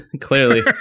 Clearly